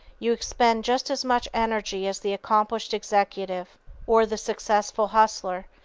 you expend just as much energy as the accomplished executive or the successful hustler,